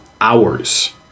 hours